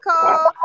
call